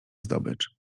zdobycz